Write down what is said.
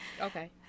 Okay